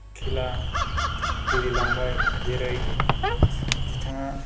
खेला गेलेलांबाय जेरै बिथाङा